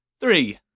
Three